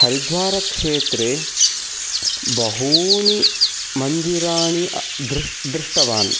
हरिद्वारक्षेत्रे बहूनि मन्दिराणि दृष् दृष्टवान्